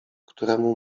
któremu